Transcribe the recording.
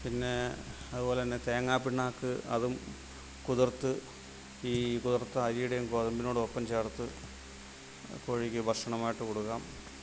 പിന്നെ അതുപോലെ തന്നെ തേങ്ങാ പിണ്ണാക്ക് അതും കുതിർത്ത് ഈ കുതിർത്ത അരിയുടേയും ഗോതമ്പിനോടുമൊപ്പം ചേർത്ത് കോഴിക്ക് ഭക്ഷണമായിട്ട് കൊടുക്കാം